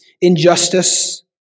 injustice